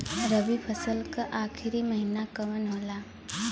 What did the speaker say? रवि फसल क आखरी महीना कवन होला?